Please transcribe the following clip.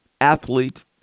athlete